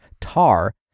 tar